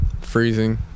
freezing